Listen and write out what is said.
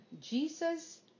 Jesus